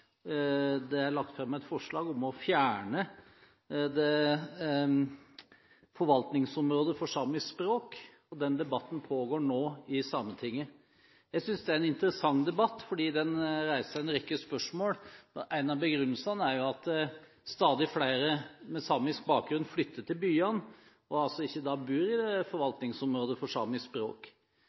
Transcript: Det er lagt fram et forslag om å fjerne forvaltningsområdet for samisk språk. Den debatten pågår nå i Sametinget. Jeg synes det er en interessant debatt fordi den reiser en rekke spørsmål. En av begrunnelsene er jo at stadig flere med samisk bakgrunn flytter til byene og ikke bor i forvaltningsområdet for samisk språk. Samtidig reiser det spørsmålet: Skal man kunne forvente at enhver kommune i